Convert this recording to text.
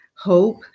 Hope